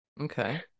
Okay